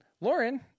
Lauren